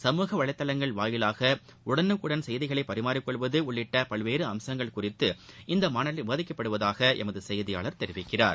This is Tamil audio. சமூக வலைதளங்கள் மூலம் உடனுக்குடன் செய்திகளை பரிமாறிக் கொள்வது உள்ளிட்ட பல்வேறு அம்சங்கள் குறித்து இந்த மாநாட்டில் விவாதிக்கப்படுவதாக எமது செய்தியாளர் தெரிவிக்கிறார்